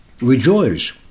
Rejoice